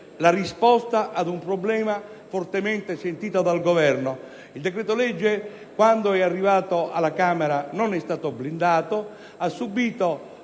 dare risposta ad un problema fortemente sentito dal Governo. Il decreto-legge, quando è arrivato alla Camera, non è stato blindato; infatti